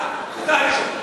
אתה, אתה הראשון.